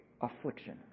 affliction